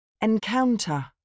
Encounter